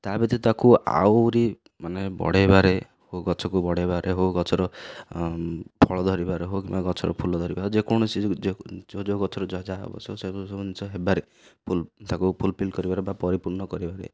ତା' ବ୍ୟତୀତ ତାକୁ ଆହୁରି ମାନେ ବଢ଼େଇବାରେ ହଉ ଗଛକୁ ବଢ଼େଇବାରେ ହଉ ଗଛର ଫଳ ଧରିବାରେ ହଉ କିମ୍ବା ଗଛର ଫୁଲ ଧରିବ ଯେକୌଣସି ଯେଉଁ ଯେଉଁ ଗଛର ଯାହା ଯାହା ଅବଶ୍ୟକ ସବୁ ଜିନିଷ ହେବାରେ ତାକୁ ଫୁଲଫିଲ୍ କରିବାରେ ବା ପରିପୂର୍ଣ୍ଣ କରିବାରେ